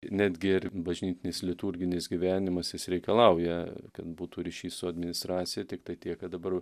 netgi ir bažnytinis liturginis gyvenimas jis reikalauja kad būtų ryšys su administracija tiktai tiek kad dabar